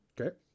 Okay